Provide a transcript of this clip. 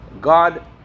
God